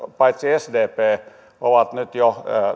paitsi sdp ovat nyt jo